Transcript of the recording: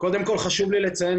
חשוב לי לציין,